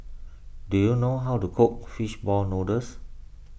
do you know how to cook Fish Ball Noodles